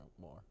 more